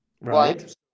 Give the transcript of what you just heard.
right